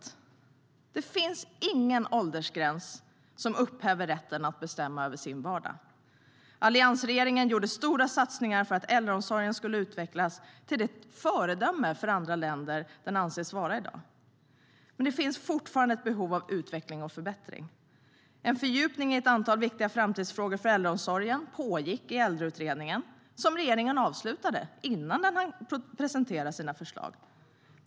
Alliansregeringen gjorde stora satsningar för att äldreomsorgen skulle utvecklas till det föredöme för andra länder den anses vara i dag. Men det finns fortfarande behov av utveckling och förbättring. En fördjupning i ett antal viktiga framtidsfrågor för äldreomsorgen pågick i Äldreutredningen, som regeringen avslutade innan den hann presentera sina förslag.